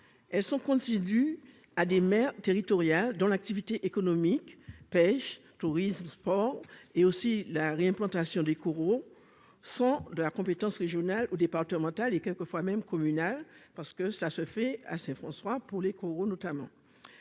elles sont continuent à des mères territoriales dans l'activité économique, pêche, tourisme, sport et aussi la réimplantation des coraux sont de la compétence régionale ou départementale et quelquefois même communal parce que ça se fait à Saint-François pour les coraux notamment,